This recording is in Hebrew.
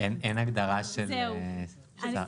אין הגדרה של שר,